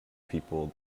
people